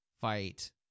fight